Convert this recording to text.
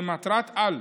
כמטרת-על,